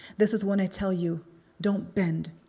this is when i tell you don't bend.